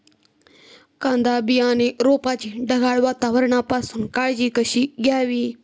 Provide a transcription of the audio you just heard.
कांदा बियाणे रोपाची ढगाळ वातावरणापासून काळजी कशी घ्यावी?